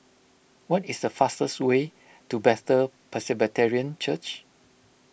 what is the fastest way to Bethel Presbyterian Church